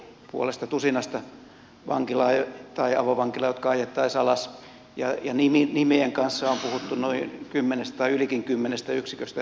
on puhuttu puolesta tusinasta vankilaa tai avovankilaa jotka ajettaisiin alas ja nimien kanssa on puhuttu noin kymmenestä tai ylikin kymmenestä yksiköstä